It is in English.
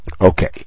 Okay